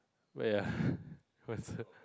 wait ah